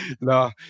no